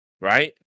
right